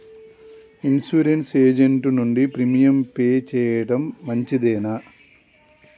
Insurance agent నుండి premium pay చేయడం మంచిదేనా?